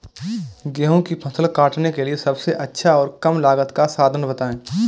गेहूँ की फसल काटने के लिए सबसे अच्छा और कम लागत का साधन बताएं?